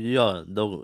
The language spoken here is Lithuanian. jo daug